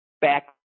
back